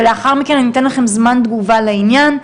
ולאחר מכן אני אתן לכם זמן תגובה על העניין.